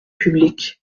public